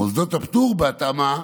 מוסדות הפטור, בהתאמה,